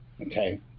Okay